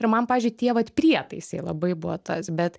ir man pavyzdžiui tie vat prietaisai labai buvo tas bet